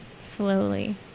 Slowly